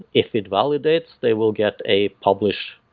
if it validates, they will get a publish